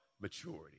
maturity